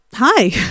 hi